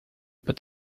but